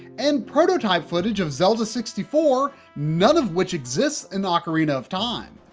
and prototype footage of zelda sixty four, none of which exists in ah ocarina of time.